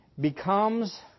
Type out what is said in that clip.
becomes